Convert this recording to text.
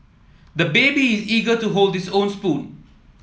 the baby is eager to hold this own spoon